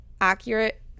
accurate